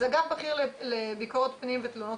אז אגף בכיר לביקורת פנים ותלונות